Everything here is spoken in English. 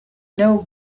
know